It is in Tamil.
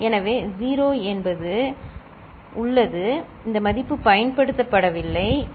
எனவே 0 என்பது உள்ளது இந்த மதிப்பு பயன்படுத்தப்படவில்லை சரி